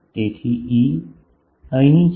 તેથી E અહીં છે